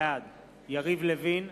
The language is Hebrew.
בעד יריב לוין,